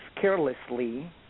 carelessly